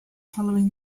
following